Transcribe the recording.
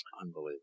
unbelievable